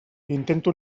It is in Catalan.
intento